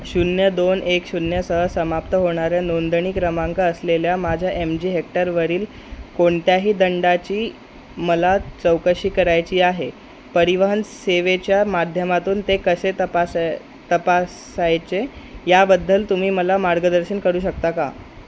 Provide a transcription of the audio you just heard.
शून्य दोन एक शून्यसह समाप्त होणाऱ्या नोंदणी क्रमांक असलेल्या माझ्या एम जी हेक्टरवरील कोणत्याही दंडाची मला चौकशी करायची आहे परिवहन सेवेच्या माध्यमातून ते कसे तपासाय तपासायचे याबद्दल तुम्ही मला मार्गदर्शन करू शकता का